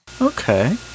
Okay